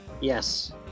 Yes